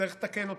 צריך לתקן אותו.